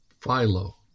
Philo